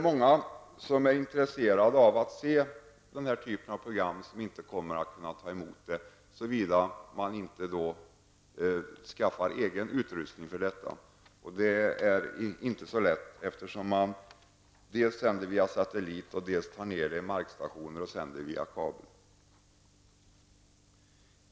Många som är intresserade av att se den här typen av program kommer inte att kunna ta emot dem, såvida de inte skaffar egen utrustning för detta ändamål. Det är inte så lätt, eftersom programmet dels sänds via satellit, dels tas ner till markstationer och sänds via kabel.